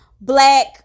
black